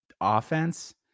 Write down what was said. offense